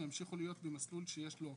שאלת על מי זה